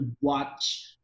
watch